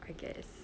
I guess